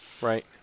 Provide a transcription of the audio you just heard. Right